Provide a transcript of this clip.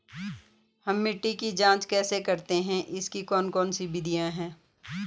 हम मिट्टी की जांच कैसे करते हैं इसकी कौन कौन सी विधियाँ है?